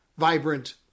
vibrant